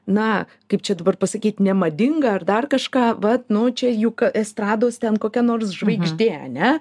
na kaip čia dabar pasakyti nemadinga ar dar kažką vat nu čia juk estrados ten kokia nors žvaigždė ar ne